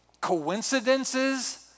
coincidences